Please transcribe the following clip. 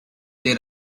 there